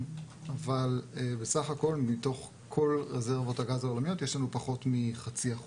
אבל בסך הכל מתוך כל רזרבות הגז העולמיות יש לנו פחות מ-0.5%,